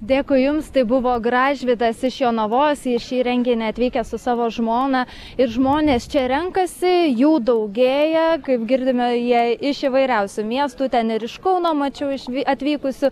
dėkui jums tai buvo gražvydas iš jonavos į šį renginį atvykęs su savo žmona ir žmonės čia renkasi jų daugėja kaip girdime jie iš įvairiausių miestų ten ir iš kauno mačiau iš atvykusių